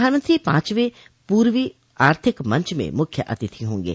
प्रधानमंत्री पांचवें पूर्वी आर्थिक मंच में मुख्य अतिथि होंगे